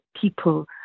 people